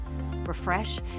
Refresh